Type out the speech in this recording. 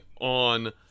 on